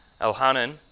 Elhanan